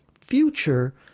future